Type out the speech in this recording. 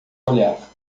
olhar